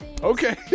Okay